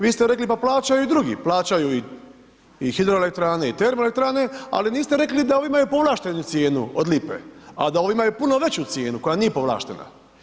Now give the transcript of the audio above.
Vi ste rekli pa plaćaju i drugi, plaćaju i hidroelektrane i termoelektrane, ali niste rekli da ovi imaju povlaštenu cijenu od lipe, a da ovi imaju puno veću cijenu, koja nije povlaštena.